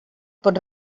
pot